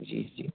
जी जी